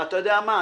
ואתה יודע מה?